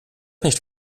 nicht